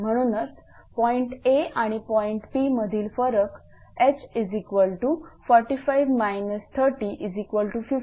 म्हणूनच पॉईंट Aआणि point P मधील फरक h45 3015 m इतका असेल